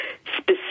specific